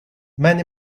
many